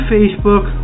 Facebook